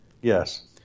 Yes